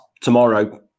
tomorrow